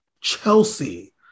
Chelsea